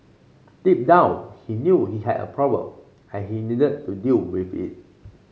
deep down he knew he had a problem and he needed to deal with it